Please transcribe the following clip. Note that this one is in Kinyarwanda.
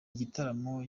gitaramo